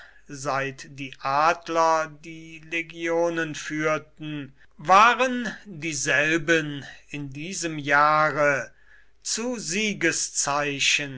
seit die adler die legionen führten waren dieselben in diesem jahre zu